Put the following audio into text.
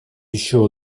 еще